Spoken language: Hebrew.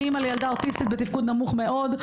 אני אימא לילדה אוטיסטית בתפקוד נמוך מאוד.